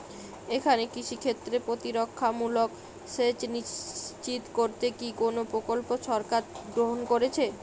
এখানে কৃষিক্ষেত্রে প্রতিরক্ষামূলক সেচ নিশ্চিত করতে কি কোনো প্রকল্প সরকার গ্রহন করেছে?